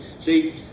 see